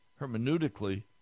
hermeneutically